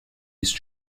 east